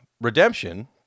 Redemption